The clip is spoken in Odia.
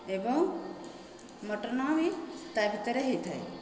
ଏବଂ ମଟନ୍ ବି ତା' ଭିତରେ ହୋଇଥାଏ